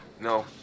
no